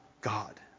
god